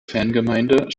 fangemeinde